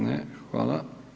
Ne, hvala.